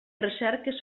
recerques